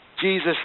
Jesus